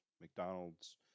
McDonald's